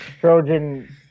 Trojan